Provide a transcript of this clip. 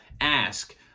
ask